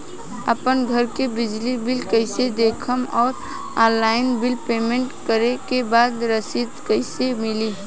आपन घर के बिजली बिल कईसे देखम् और ऑनलाइन बिल पेमेंट करे के बाद रसीद कईसे मिली?